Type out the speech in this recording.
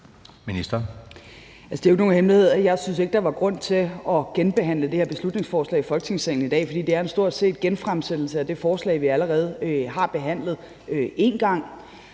Det er jo ikke nogen hemmelighed, at jeg ikke synes, at der var grund til at genbehandle det her beslutningsforslag i Folketingssalen i dag, for det er stort set en genfremsættelse af det forslag, vi allerede har behandlet én gang.